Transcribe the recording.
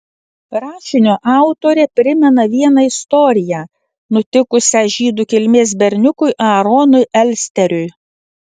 rašinio autorė primena vieną istoriją nutikusią žydų kilmės berniukui aaronui elsteriui